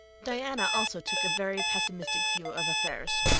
diana also took a very pessimistic view of affairs.